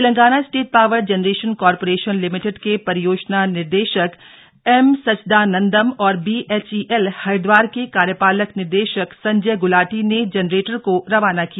Telangana state power generation corporation limited के परियोजना निदेशक एम सच्चिदानंदम और बीएचईएल हरिदवार के कार्यपालक निदेशक संजय गुलाटी ने जेनरेटर को रवाना किया